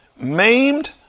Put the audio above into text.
Maimed